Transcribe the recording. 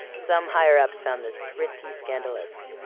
some higher-ups found this pretty scandalous.